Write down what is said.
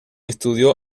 estudió